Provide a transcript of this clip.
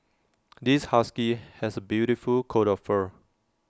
this husky has A beautiful coat of fur